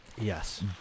Yes